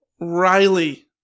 Riley